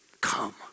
come